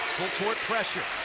court pressure.